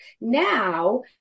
Now